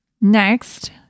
next